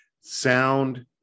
sound